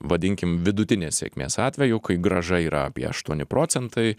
vadinkim vidutinės sėkmės atveju kai grąža yra apie aštuoni procentai